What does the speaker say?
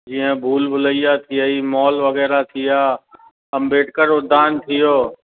जीअं भूल भुलैया थी वई मॉल वग़ैरह थी विया अम्बेडकर उधान थी वियो